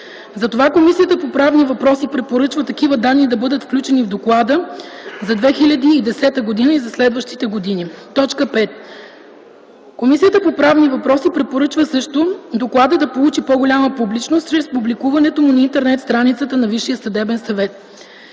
Затова Комисията по правни въпроси препоръчва такива данни да бъдат включени в Доклада за 2010 г. и за следващите години. 5. Комисията по правни въпроси препоръчва също докладът да получи по-голяма публичност чрез публикуването му на Интернет страницата на Висшия